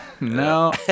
No